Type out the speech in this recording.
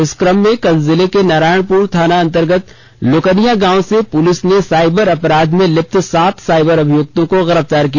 इसी क्रम में कल जिले के नारायणपुर थाना अंतर्गत लोकनियां गांव से पुलिस ने साइबर अपराध में लिप्त सात साइबर अभियुक्तों को गिरफ्तार किया